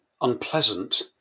unpleasant